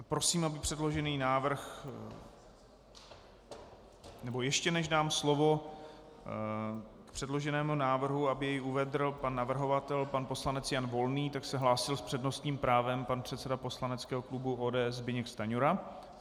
Prosím, aby předložený návrh nebo ještě než dám slovo k předloženému návrhu, aby jej uvedl pan navrhovatel, pan poslanec Jan Volný, tak se hlásil s přednostním právem pan předseda poslaneckého klubu ODS Zbyněk Stanjura.